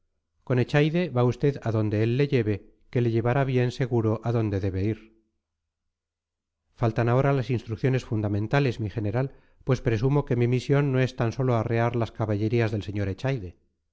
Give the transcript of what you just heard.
con echaide va usted a donde él le lleve que le llevará bien seguro a donde debe ir faltan ahora las instrucciones fundamentales mi general pues presumo que mi misión no es tan sólo arrear las caballerías del sr echaide